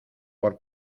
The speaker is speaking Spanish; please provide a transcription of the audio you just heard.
por